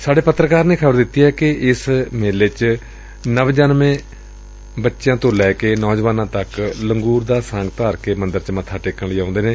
ਸਾਡੇ ਪੱਤਰਕਾਰ ਨੇ ਖ਼ਬਰ ਦਿੱਤੀ ਏ ਕਿ ਇਸ ਮੇਲੇ ਚ ਨਵਜਨਮੇ ਬੱਚਿਆਂ ਤੋਂ ਲੈ ਕੇ ਨੌਜਵਾਨਾਂ ਤੱਕ ਲੰਗੁਰ ਦਾ ਸਾਂਗ ਧਾਰ ਕੇ ਮੰਦਰ ਤ ਮੱਬਾ ਟੇਕਣ ਆਉਂਦੇ ਨੇ